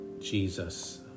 Jesus